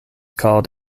called